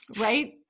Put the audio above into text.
Right